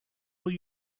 will